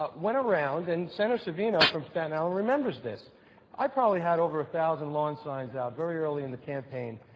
ah went around and senator savino from staten island and remember this i probably had over a thousand lawn signs out, very early in the campaign.